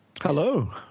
Hello